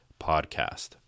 podcast